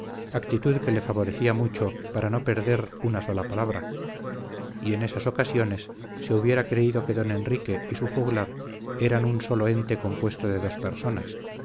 actitud que le favorecía mucho para no perder una sola palabra y en estas ocasiones se hubiera creído que don enrique y su juglar eran un solo ente compuesto de dos personas